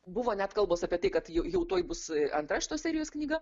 buvo net kalbos apie tai kad ji jau tuoj bus antra šitos serijos knyga